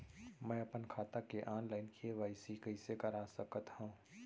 मैं अपन खाता के ऑनलाइन के.वाई.सी कइसे करा सकत हव?